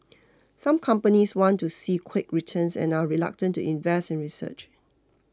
some companies want to see quick returns and are reluctant to invest in research